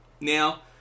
Now